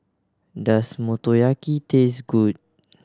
does Motoyaki taste good